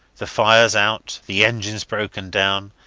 the fires out, the engines broken down,